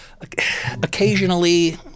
occasionally